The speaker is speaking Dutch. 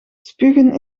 spugen